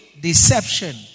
deception